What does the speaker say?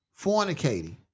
fornicating